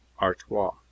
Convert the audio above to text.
artois